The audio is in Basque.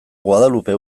guadalupe